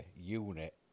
unit